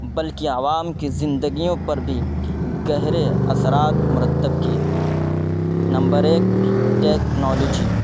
بلکہ عوام کی زندگیوں پر بھی گہرے اثرات مرتب کیے نمبر ایک ٹیکنالوجی